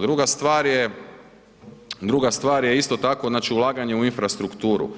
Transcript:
Druga stvar je isto tako ulaganje u infrastrukturu,